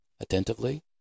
Attentively